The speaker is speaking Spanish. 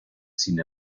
sin